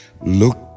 look